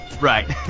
Right